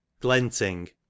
glenting